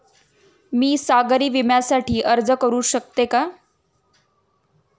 मी सागरी विम्यासाठी अर्ज करू शकते का?